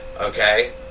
Okay